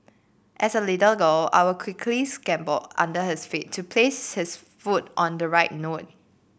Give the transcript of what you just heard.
as a little girl I would quickly scamper under his feet to place his foot on the right note